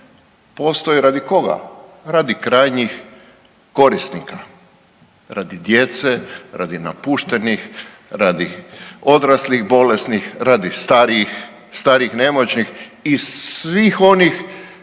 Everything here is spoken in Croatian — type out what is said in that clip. postoji radi koga, radi krajnjih korisnika. Radi djece, radi napuštenih, radi odraslih bolesnih, radi starijih, starih, nemoćnih i svih onih